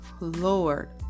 Lord